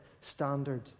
standard